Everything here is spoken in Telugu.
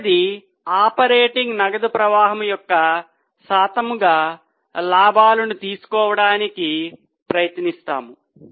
చివరిది ఆపరేటింగ్ నగదు ప్రవాహం యొక్క శాతంగా లాభాలను తెలుసుకోవడానికి ప్రయత్నిస్తాము